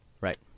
Right